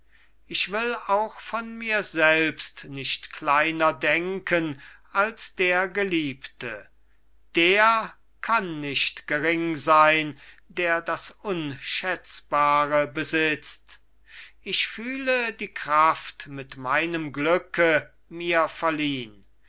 ich will auch von mir selbst nicht kleiner denken als der geliebte der kann nicht gering sein der das unschätzbare besitzt ich fühle die kraft mit meinem glücke mir verliehn